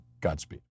Godspeed